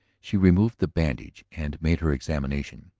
she removed the bandage and made her examination.